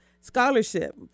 scholarship